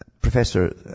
Professor